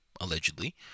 allegedly